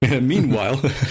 Meanwhile